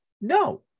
No